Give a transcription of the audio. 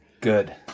Good